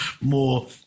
more